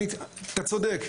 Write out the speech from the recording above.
אתה צודק,